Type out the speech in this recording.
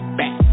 back